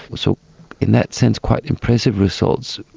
so in that sense quite impressive results,